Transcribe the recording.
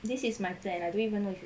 this is my plan and I don't even know if